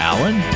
Alan